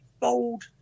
bold